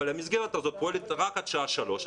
אבל המסגרת הזאת פועלת רק עד שעה 15:00,